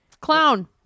Clown